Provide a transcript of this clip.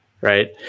right